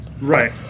Right